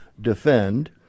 defend